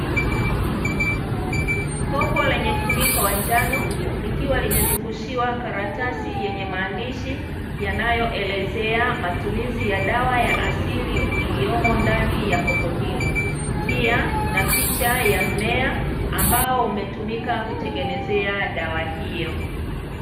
Kopo lenye mfuniko wa njano likiwa limezungushiwa karatasi yenye maandishi, yanayoelezea matumizi ya dawa ya asili iliyomo ndani ya kopo hilo, pia kuna picha ya mmea ambao umetumika kutengenezea dawa hiyo.